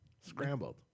scrambled